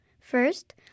First